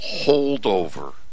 holdover